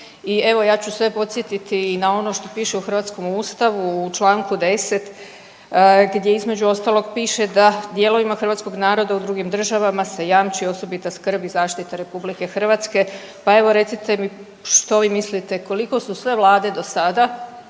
I evo ja ću sve podsjetiti i na ono što piše u hrvatskom Ustavu u članku 10. gdje između ostalog piše da dijelovima hrvatskog naroda u drugim državama se jamči osobita skrb i zaštita Republike Hrvatske. Pa evo recite mi što vi mislite koliko su sve vlade do sada